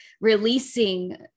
releasing